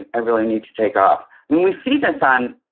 ah i really need to take off. when we see this on,